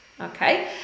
okay